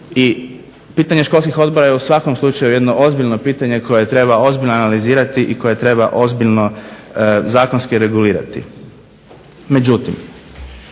I pitanje školskih odbora je u svakom slučaju jedno ozbiljno pitanje koje treba ozbiljno analizirati i koje treba ozbiljno zakonski regulirati.